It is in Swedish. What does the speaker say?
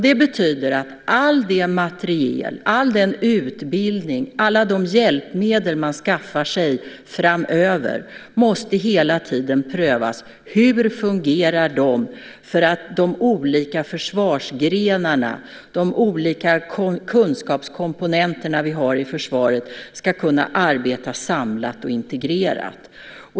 Det betyder att all den materiel, all den utbildning och alla de hjälpmedel som man skaffar sig framöver hela tiden måste prövas. Man måste fråga sig: Hur fungerar de för att de olika försvarsgrenarna och de olika kunskapskomponenterna som vi har i försvaret ska kunna arbeta samlat och integrerat?